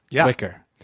quicker